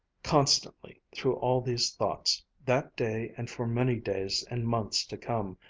constantly through all these thoughts, that day and for many days and months to come,